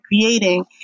creating